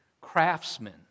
Craftsmen